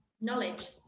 knowledge